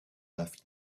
left